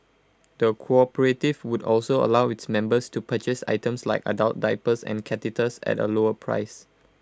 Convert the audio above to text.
the cooperative would also allow its members to purchase items like adult diapers and catheters at A lower price